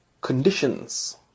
conditions